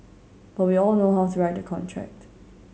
but we all know how to write a contract